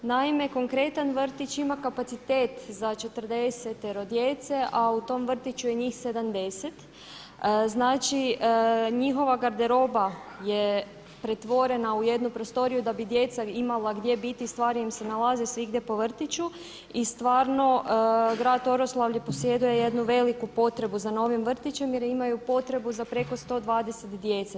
Naime, konkretan vrtić ima kapacitet za 40 djece, a u tom vrtiću je njih 70. znači njihova garderoba je pretvorena u jednu prostoriju da bi djeca imala gdje biti, stvari im se nalaze svagdje po vrtiću i stvarno grad Oroslavlje posjeduje jednu veliku potrebu za novim vrtićem jer imaju potrebu za preko 120 djece.